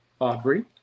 Aubrey